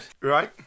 Right